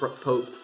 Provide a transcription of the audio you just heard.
pope